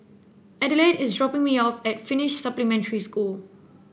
Adelaide is dropping me off at Finnish Supplementary School